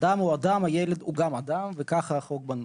האדם הוא אדם, הילד הוא גם אדם, וככה החוק בנוי.